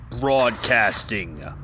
Broadcasting